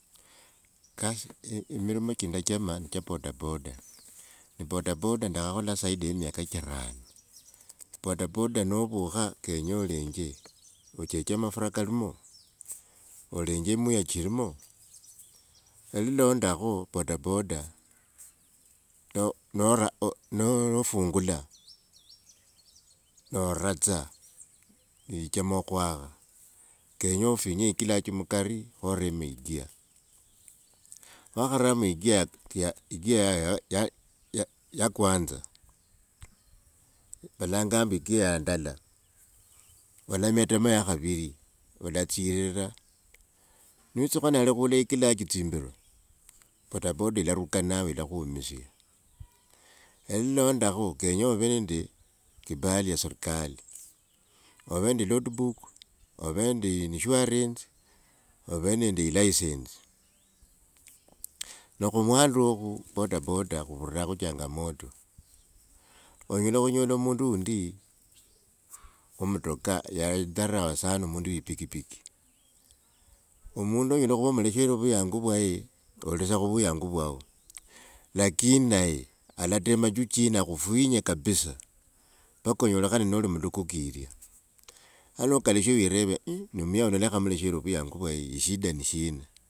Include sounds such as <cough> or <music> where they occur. Kasi, e mirimo cha ndachama ni cha bodaboda. <noise> ne bodaboda ndakhakhola zaidi ye miaka chirano, bodaboda novukha kenya olenje, ocheche mafura kalimo? Olenje muya chilimo? E lilondakho bodaboda nora- nofungula noura tsa ichema khwakha kenya ofungula e clutch mukari ne oremo egear. Wakharamo e gear, <hesitation> e gear ya kwanza, vala ninganga mbu gear ya andala, olametamo ya khaviri, olatsirira. Niwitsukhana walakhula e clutch tsimbiro bodaboda ilaruka nawe ilakhumisia. E lilondakho kenya kenya ove nende kibali ya sirikali, ovee nende e logbook, ove nende insurance, ove nende e license. Ne khumwanda okhu bodaboda khuvura khu changamoto. Onyela khunyola mundu wundi wo mutoka yadharawa sana mundu we e pikipiki. Omundu onyela khuva omleshere vuyangu vwaye, olisa tsa khuvuyangu vwao lakini naye alatema juu chini akhufinye kabisa mpaka onyolekhane noli mulukuku ilya. Kha nokalushe wireve iiih, ne muya uno ekhamleshere vuyangu vwaye ne shida ni shina?